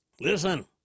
Listen